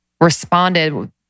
responded